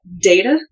data